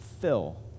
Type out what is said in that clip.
fill